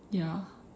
ya